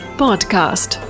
podcast